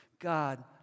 God